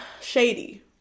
shady